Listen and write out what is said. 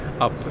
Up